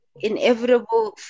inevitable